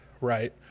right